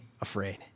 afraid